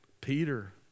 Peter